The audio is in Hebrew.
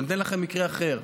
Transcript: אבל אני אתן לכם מקרה אחר: